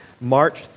March